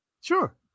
Sure